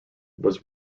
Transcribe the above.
was